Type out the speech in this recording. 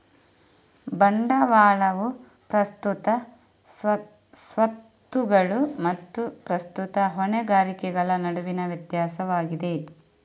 ಬಂಡವಾಳವು ಪ್ರಸ್ತುತ ಸ್ವತ್ತುಗಳು ಮತ್ತು ಪ್ರಸ್ತುತ ಹೊಣೆಗಾರಿಕೆಗಳ ನಡುವಿನ ವ್ಯತ್ಯಾಸವಾಗಿದೆ